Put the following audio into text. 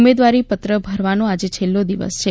ઉમેદવારી પત્રો ભરવાનો આજે છેલ્લો દિવસ છે